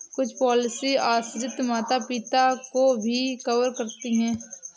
कुछ पॉलिसी आश्रित माता पिता को भी कवर करती है